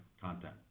content